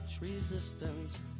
resistance